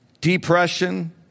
depression